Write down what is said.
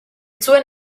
zuen